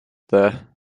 there